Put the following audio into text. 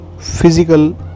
physical